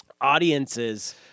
audiences